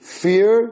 fear